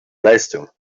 leistung